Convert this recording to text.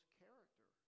character